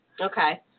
Okay